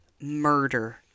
murder